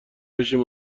بشیم